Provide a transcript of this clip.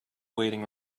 waiting